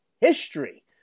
history